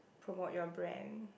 promote your brand